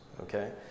okay